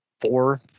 four